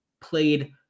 played